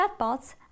chatbots